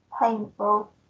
painful